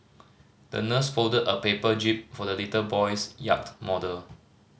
the nurse folded a paper jib for the little boy's yacht model